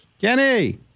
Kenny